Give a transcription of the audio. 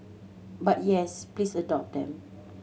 but yes please adopt them